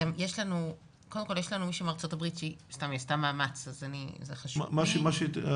יש לנו מישהי מארצות הברית שעשתה מאמץ וחשוב לשמוע אותה.